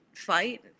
fight